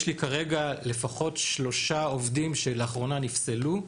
יש לי כרגע לפחות שלושה עובדים שלאחרונה נפסלו,